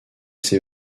ces